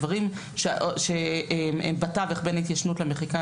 דברים שהם בתווך בין התיישנות למחיקה,